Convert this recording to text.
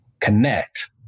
connect